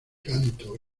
canto